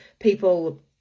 people